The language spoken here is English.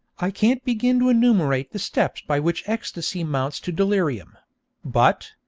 i can't begin to enumerate the steps by which ecstasy mounts to delirium but,